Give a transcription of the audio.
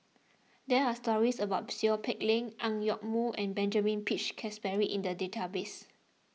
there are stories about Seow Peck Leng Ang Yoke Mooi and Benjamin Peach Keasberry in the database